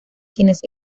quienes